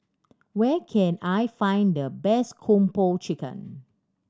where can I find the best Kung Po Chicken